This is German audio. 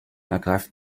ergreifen